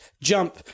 jump